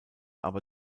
aber